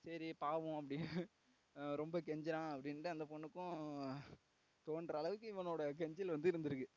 சரி பாவம் அப்படி ரொம்ப கெஞ்சுறான் அப்படின்ட்டு அந்த பொண்ணுக்கும் தோன்ற அளவுக்கு இவனோட கெஞ்சல் வந்து இருந்து இருக்கு